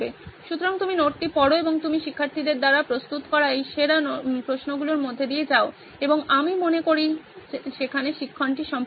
সুতরাং তুমি নোটটি পড়ো এবং তুমি শিক্ষার্থীদের দ্বারা প্রস্তুত করা এই সেরা প্রশ্নগুলির মধ্য দিয়ে যাও এবং আমি মনে করি সেখানে শিক্ষণটি সম্পূর্ণ হবে